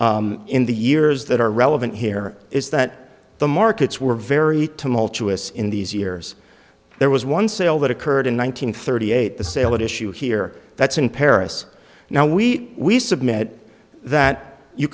in the years that are relevant here is that the markets were very tumultuous in these years there was one sale that occurred in one nine hundred thirty eight the sale at issue here that's in paris now we we submit that you